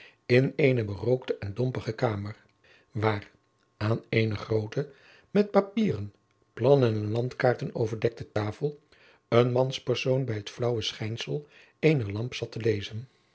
in eene berookte en dompige kamer waar aan eene groote met papieren plannen en landkaarten overdekte tafel een manspersoon bij het flaauwe schijnsel eener lamp zat te lezen